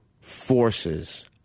forces